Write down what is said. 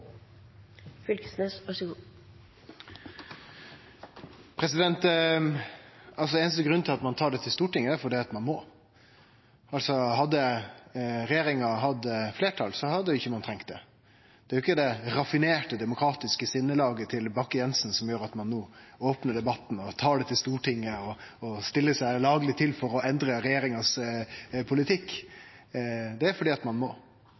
ikke stemme, så jeg ser fram til at man bestemmer seg snart. Den einaste grunnen til at ein tar dette til Stortinget, er at ein må. Hadde regjeringa hatt fleirtal, hadde ein ikkje trengt det. Det er ikkje det raffinerte demokratiske sinnelaget til Bakke-Jensen som gjer at ein no opnar debatten og tar det til Stortinget og stiller seg lagleg til for å endre regjeringas politikk. Det er fordi ein må.